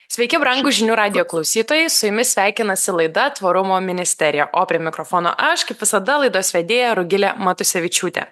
sveiki brangūs žinių radijo klausytojai su jumis sveikinasi laida tvarumo ministerija o prie mikrofono aš kaip visada laidos vedėja rugilė matusevičiūtė